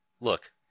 look